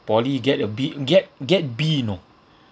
poly get a B get get B you know